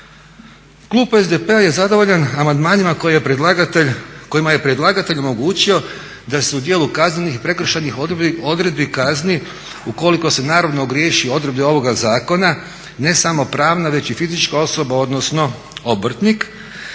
Klub SDP-a je zadovoljan amandmanima kojima je predlagatelj omogućio da se u dijelu kaznenih i prekršajnih odredbi kazni ukoliko se naravno ogriješi o odredbe ovoga zakona, ne samo pravna već i fizička osoba odnosno obrtnik.